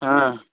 ᱦᱮᱸ